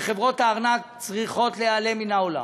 וחברות הארנק צריכות להיעלם מהעולם.